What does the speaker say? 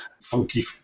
funky